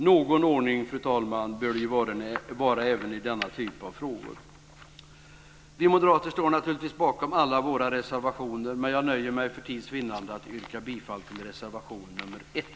Någon ordning, fru talman, bör det vara även i denna typ av frågor. Vi moderater står naturligtvis bakom alla våra reservationer, men jag nöjer mig för tids vinnande med att yrka bifall till reservation nr 1.